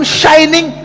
shining